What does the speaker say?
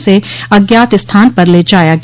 उसे अज्ञात स्थान पर ले जाया गया